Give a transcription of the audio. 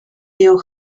your